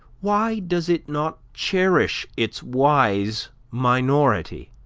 why does it not cherish its wise minority?